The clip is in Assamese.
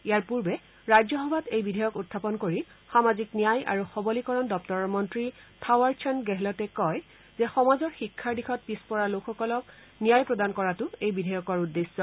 ইয়াৰ পূৰ্বে ৰাজ্যসভাত এই বিধেয়ক উত্থাপন কৰি সামাজিক ন্যায় আৰু সবলীকৰণৰ মন্ত্ৰী থাৱাৰচান্দ গেহলটে কয় যে সমাজৰ শিক্ষাৰ দিশত পিছপৰা লোকসকলক ন্যায় প্ৰদান কৰাটো এই বিধেয়কৰ উদ্দেশ্য